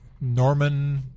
Norman